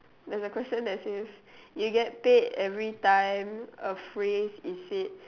there is a question that says you get every time a phrase is said